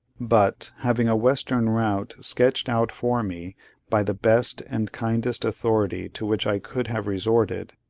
but, having a western route sketched out for me by the best and kindest authority to which i could have resorted,